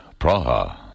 Praha